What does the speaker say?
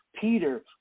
Peter